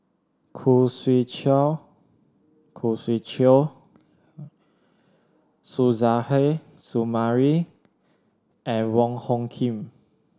Khoo Swee Chiow Khoo Swee Chiow Suzairhe Sumari and Wong Hung Khim